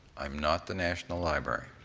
i'm not the national library.